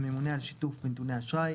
הממונה על שיתוף נתוני אשראי